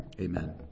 Amen